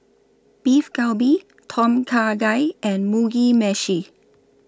Beef Galbi Tom Kha Gai and Mugi Meshi